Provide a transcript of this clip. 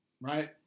right